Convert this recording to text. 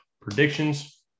predictions